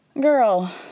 Girl